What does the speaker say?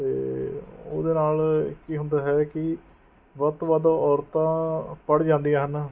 ਅਤੇ ਉਹਦੇ ਨਾਲ਼ ਕੀ ਹੁੰਦਾ ਹੈ ਕਿ ਵੱਧ ਤੋਂ ਵੱਧ ਔਰਤਾਂ ਪੜ੍ਹ ਜਾਂਦੀਆਂ ਹਨ